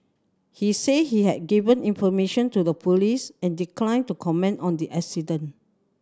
he said he had given information to the police and declined to comment on the accident